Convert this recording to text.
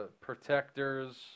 Protectors